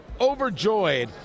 overjoyed